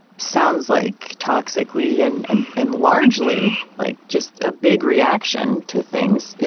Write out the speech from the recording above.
sounds like toxic li and and and largely like just a big reaction to things.